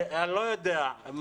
אני לא יודע,